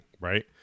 right